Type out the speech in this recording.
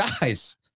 Guys